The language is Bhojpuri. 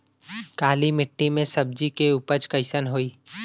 काली मिट्टी में सब्जी के उपज कइसन होई?